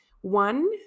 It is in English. one